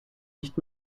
nicht